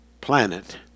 planet